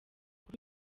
kuri